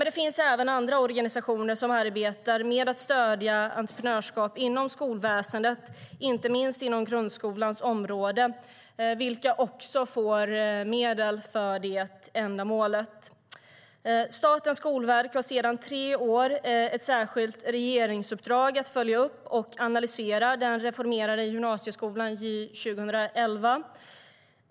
Det finns även andra organisationer som arbetar med att stödja entreprenörskap inom skolväsendet, inte minst inom grundskolans område, och som också får medel för detta ändamål. Statens skolverk har sedan tre år ett särskilt regeringsuppdrag att följa upp och analysera den reformerade gymnasieskolan Gy 2011.